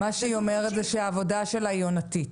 מה שהיא אומרת זה שהעבודה שלה היא עונתית,